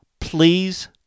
Please